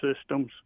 systems